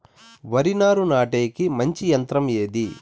వరి నారు నాటేకి మంచి యంత్రం ఏది?